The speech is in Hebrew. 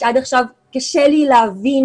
שעד עכשיו קשה לי להבין,